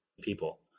people